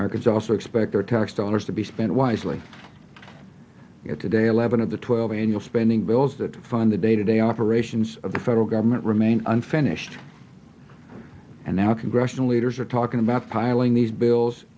markets also expect their tax dollars to be spent wisely yet today eleven of the twelve annual spending bills that fund the day to day operations of the federal government remain unfinished and now congressional leaders are talking about piling these bills